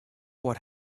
what